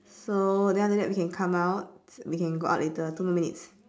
so then after that we can come out we can go out later two more minutes